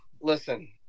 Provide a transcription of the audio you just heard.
Listen